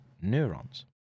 neurons